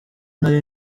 nari